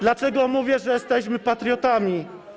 Dlaczego mówię, że jesteśmy patriotami?